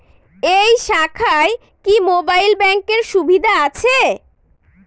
এই শাখায় কি মোবাইল ব্যাঙ্কের সুবিধা আছে?